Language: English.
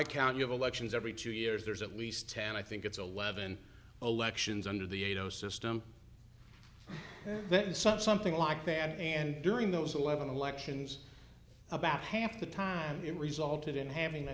count you have elections every two years there's at least ten i think it's eleven elections under the eight zero system that some something like that and during those eleven elections about half the time in resulted in having a